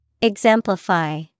Exemplify